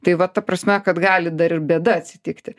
tai va ta prasme kad gali dar ir bėda atsitikti